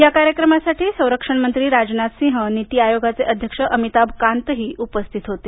या कार्यक्रमासाठी संरक्षण मंत्री राजनाथ सिंह नीती आयोगाचे अध्यक्ष अमिताभ कांतही उपस्थित होते